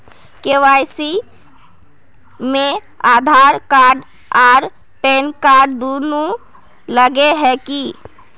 KYC में Aadhaar card आर PAN card दुनू लगे है की?